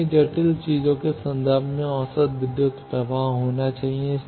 इसलिए जटिल चीजों के संदर्भ में औसत विद्युत प्रवाह होना चाहिए